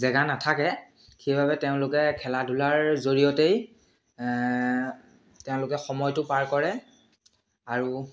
জেগা নাথাকে সেইবাবে তেওঁলোকে খেলা ধূলাৰ জৰিয়তেই তেওঁলোকে সময়টো পাৰ কৰে আৰু